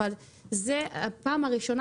אבל זו הפעם הראשונה